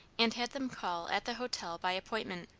and had them call at the hotel by appointment.